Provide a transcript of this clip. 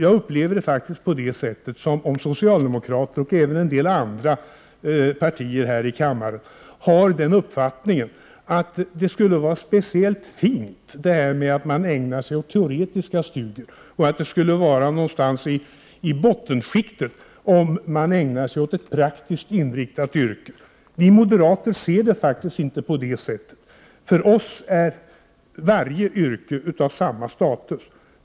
Jag upplever det som att socialdemokraterna, och även en del andra partier i kammaren, har uppfattningen att det skulle vara speciellt fint att ägna sig åt teoretiska studier och att det skulle vara att befinna sig i bottenskiktet om man ägnar sig åt ett praktiskt inriktat yrke. Vi moderater ser det faktiskt inte så. För oss är varje yrke av samma status.